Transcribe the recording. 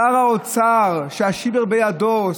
שר האוצר שהשיבר בידו,